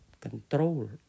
control